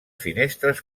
finestres